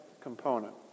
component